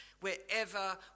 wherever